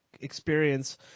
experience